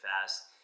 fast